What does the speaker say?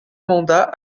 mandat